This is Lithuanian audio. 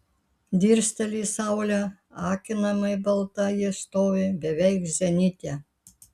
dirsteli į saulę akinamai balta ji stovi beveik zenite